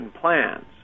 plans